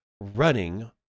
running